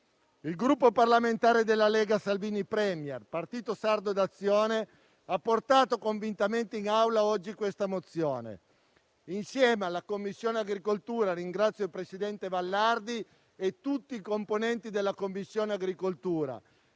Il Gruppo parlamentare Lega-Salvini Premier-Partito Sardo d'Azione ha portato convintamente in Aula oggi questa mozione, insieme alla Commissione agricoltura. Ringrazio il presidente Vallardi e tutti i componenti della Commissione agricoltura,